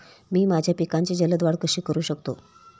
मी माझ्या पिकांची जलद वाढ कशी करू शकतो?